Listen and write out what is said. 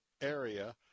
area